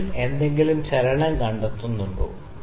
ബബിളിൽ എന്തെങ്കിലും ചലനം കണ്ടെത്തുന്നുണ്ടോ